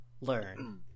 learn